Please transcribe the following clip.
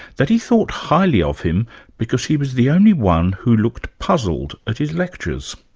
that he thought highly of him because he was the only one who looked puzzled at his lectures.